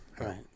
Right